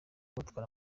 batwara